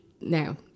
now